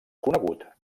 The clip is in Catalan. conegut